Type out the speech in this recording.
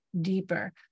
deeper